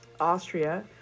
austria